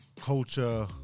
culture